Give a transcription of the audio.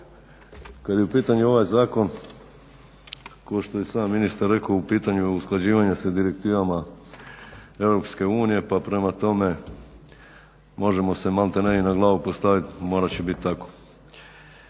Kad je u pitanju ovaj zakon kao što je i sam ministar rekao u pitanju je usklađivanje s direktivama EU pa prema tome možemo se maltene i na glavu postaviti morat će biti tako.